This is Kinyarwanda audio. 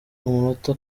umunota